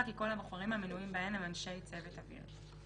כי כל הבוחרים המנויים בהן הם אנשי צוות אוויר.